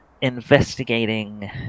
investigating